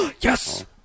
Yes